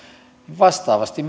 vastaavasti